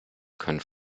können